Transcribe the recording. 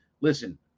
Listen